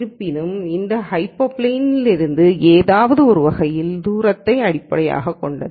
இருப்பினும் இந்த ஹைப்பர் பிளேனில் இருந்து ஏதோ ஒரு வகையில் தூரத்தை அடிப்படையாகக் கொண்டது